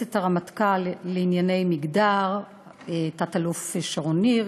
יועצת הרמטכ"ל לענייני מגדר תת-אלוף שרון ניר,